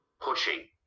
pushing